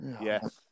Yes